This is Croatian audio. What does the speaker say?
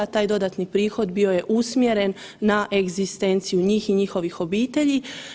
Taj dodatni prihod bio je usmjeren na egzistenciju njih i njihovih obitelji.